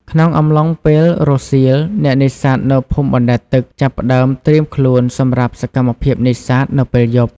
ក្នុងអំឡុងពេលរសៀល អ្នកនេសាទនៅភូមិបណ្ដែតទឹកចាប់ផ្ដើមត្រៀមខ្លួនសម្រាប់សកម្មភាពនេសាទនៅពេលយប់។